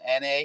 NA